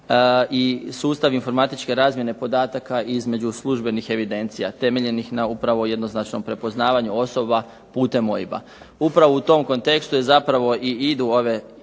i sustav informatičke razmjene podataka između službenih evidencija, temeljenih na upravo jednoznačnom prepoznavanju osoba putem OIB-a. Upravo u tom kontekstu je zapravo i idu ove